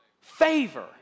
favor